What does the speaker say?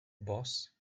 boss